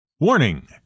Warning